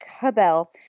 cabell